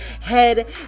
Head